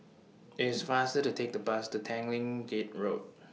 IT IS faster to Take The Bus to Tanglin Gate Road